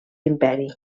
imperi